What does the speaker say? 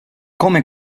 come